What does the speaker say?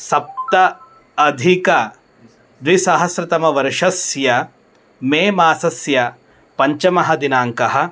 सप्त अधिकद्विसहस्रतमवर्षस्य मेमासस्य पञ्चमः दिनाङ्कः